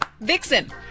Vixen